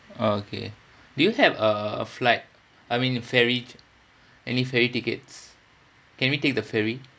okay do you have a a flight I mean ferry any ferry tickets can we take the ferry